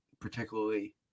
particularly